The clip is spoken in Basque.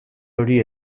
hori